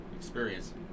experience